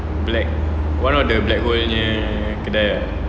black one of the black hole punya kedai ah